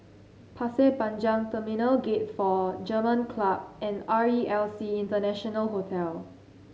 Pasir Panjang Terminal Gate Four German Club and R E L C International Hotel